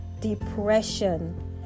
depression